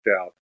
out